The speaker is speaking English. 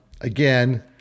again